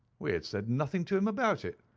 we had said nothing to him about it,